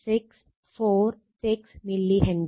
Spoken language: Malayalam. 646 മില്ലി ഹെൻറി